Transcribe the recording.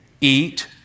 Eat